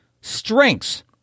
strengths